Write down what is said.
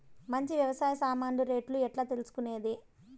మంచి వ్యవసాయ సామాన్లు రేట్లు ఎట్లా తెలుసుకునేది?